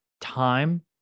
time